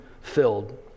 filled